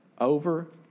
over